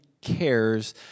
cares